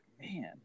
man